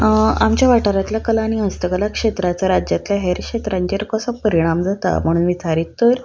आमच्या वाठारांतल्या कला आनी हस्तकला क्षेत्राचो राज्यांतल्या हेर क्षेत्रांचेर कसो परिणाम जाता म्हणून विचारीत तर